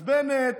אז בנט